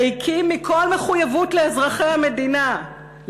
ריקים מכל מחויבות לאזרחי המדינה,